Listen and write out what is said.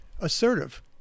assertive